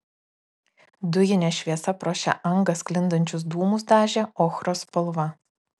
dujinė šviesa pro šią angą sklindančius dūmus dažė ochros spalva